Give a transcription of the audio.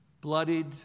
bloodied